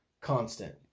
Constant